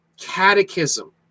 catechism